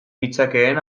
ditzakeen